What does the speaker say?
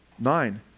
Nine